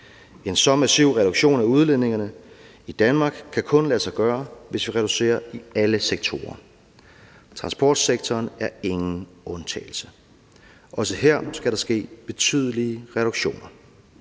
En så massiv reduktion af udledningerne i Danmark kan kun lade sig gøre, hvis vi reducerer i alle sektorer. Transportsektoren er ingen undtagelse. Også her skal der ske betydelige reduktioner.